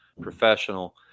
professional